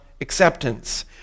acceptance